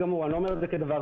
אני לא אומר את זה כדבר רע.